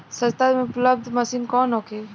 सस्ता में उपलब्ध मशीन कौन होखे?